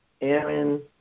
Aaron